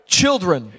children